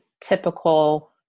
typical